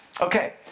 Okay